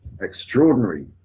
extraordinary